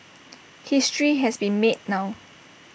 history has been made now